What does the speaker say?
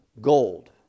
gold